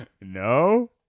no